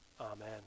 Amen